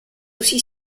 aussi